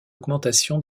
augmentation